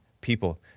people